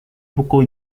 buku